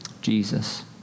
Jesus